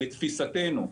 לתפיסתנו,